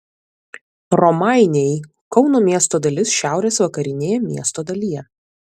romainiai kauno miesto dalis šiaurės vakarinėje miesto dalyje